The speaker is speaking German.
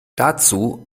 dazu